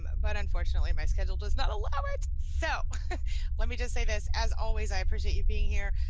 but unfortunately my schedule does not allow it, so let me just say this, as always i appreciate you being here.